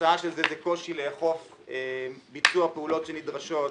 התוצאה של זה היא קושי לאכוף ביצוע פעולות שנדרשות,